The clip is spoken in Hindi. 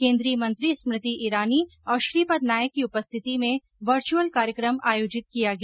केन्द्रीय मंत्री स्मृति ईरानी और श्रीपदनायक की उपस्थिति में वर्चुअल कार्यक्रम आयोजित किया गया